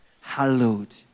hallowed